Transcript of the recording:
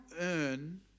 earn